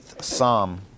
Psalm